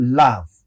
love